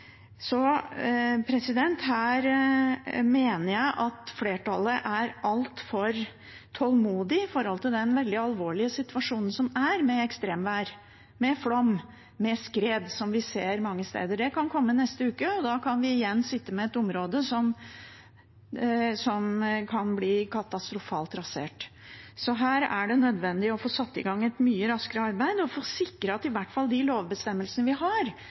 Her mener jeg at flertallet er altfor tålmodig med tanke på den veldig alvorlige situasjonen som er, med ekstremvær, med flom, med skred, som vi ser mange steder. Det kan komme neste uke, og da kan vi igjen sitte med et område som kan bli katastrofalt rasert. Så her er det nødvendig å få satt i gang et mye raskere arbeid, slik at i hvert fall de lovbestemmelsene vi har